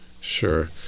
Sure